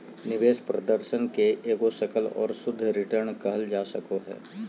निवेश प्रदर्शन के एगो सकल और शुद्ध रिटर्न कहल जा सको हय